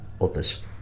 others